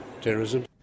terrorism